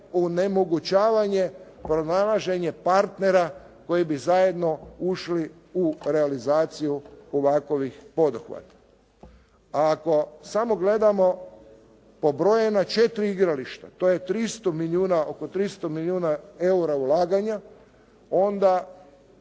onemogućavanje pronalaženja partnera koji bi zajedno ušli u realizaciju ovakvih poduhvata. A ako samo gledamo pobrojana četiri igrališta, to je 300 milijuna, oko 300 milijuna eura ulaganja, onda